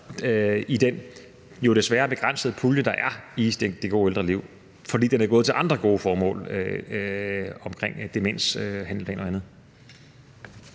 den jo desværre begrænsede pulje, der er i forhold til det gode ældreliv. For den er gået til andre formål som en demenshandleplan og andet.